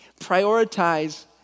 Prioritize